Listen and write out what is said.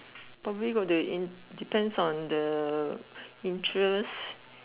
probably go to in depends on the interest